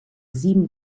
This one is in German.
sieben